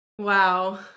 wow